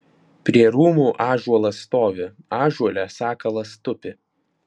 prie rūmų ąžuolas stovi ąžuole sakalas tupi